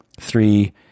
Three